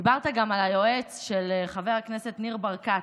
דיברת גם על היועץ של חבר הכנסת ניר ברקת,